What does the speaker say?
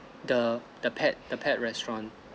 the the pet the pet restaurant